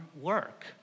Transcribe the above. work